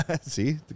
See